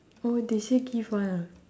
oh they still give [one] ah